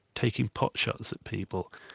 taking potshots at people.